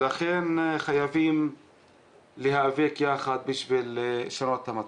לכן חייבים להיאבק ביחד בשביל לשנות את המצב.